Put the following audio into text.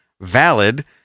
valid